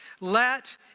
Let